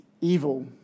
evil